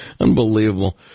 Unbelievable